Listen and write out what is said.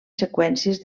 seqüències